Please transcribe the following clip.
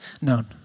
known